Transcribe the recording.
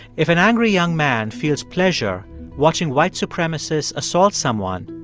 if an angry young man feels pleasure watching white supremacists assault someone,